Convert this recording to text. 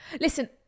listen